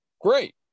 Great